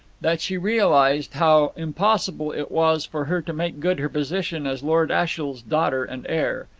that she realized how impossible it was for her to make good her position as lord ashiel's daughter and heir.